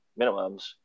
minimums